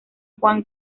juan